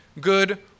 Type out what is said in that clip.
good